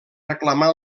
reclamar